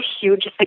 huge